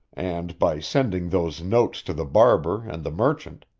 and by sending those notes to the barber and the merchant.